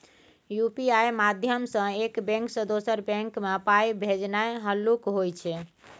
UPI माध्यमसँ एक bank सँ दोसर बैंक मे पाइ भेजनाइ हल्लुक होइ छै